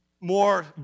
more